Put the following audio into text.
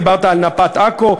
דיברת על נפת עכו,